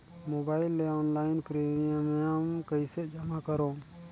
Mobile ले online premium कइसे जमा करों?